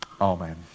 Amen